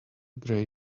grey